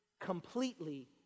completely